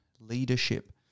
leadership